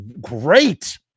great